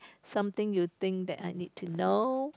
something you think that I need to know